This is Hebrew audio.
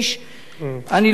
אני לא אומר.